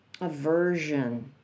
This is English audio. aversion